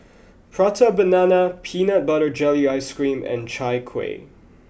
Prata banana peanut butter jelly ice cream and Chai Kueh